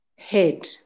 head